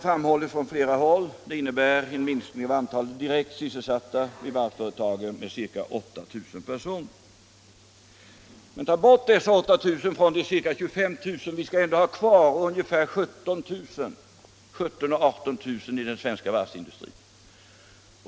Det betyder en minskning av antalet direkt sysselsatta vid varvsföretagen med ca 8 000 personer. Men ta bort dessa 8 000 från de ca 25 000 som är anställda där. Vi skall ändå ha kvar ungefär 17 000-18 000 anställda i den svenska varvsindustrin.